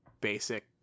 basic